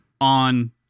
on